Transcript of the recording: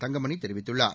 தங்கமணி தெரிவித்துள்ளார்